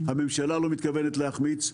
הממשלה לא מתכוונת להחמיץ,